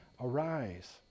arise